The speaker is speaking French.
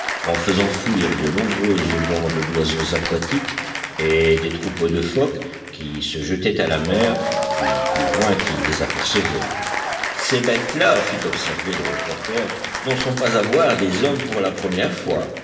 en faisant fuir de nombreuses bandes d'oiseaux aquatiques et des troupeaux de phoques qui se jetaient à la mer du plus loin qu'ils les apercevaient ces bêtes-là fit observer le reporter n'en sont pas à voir des hommes pour la première fois